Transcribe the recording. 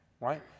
right